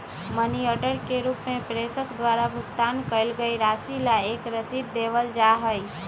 money order के रूप में प्रेषक द्वारा भुगतान कइल गईल राशि ला एक रसीद देवल जा हई